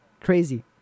Crazy